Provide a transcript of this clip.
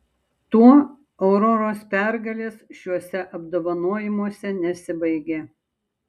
tuo auroros pergalės šiuose apdovanojimuose nesibaigė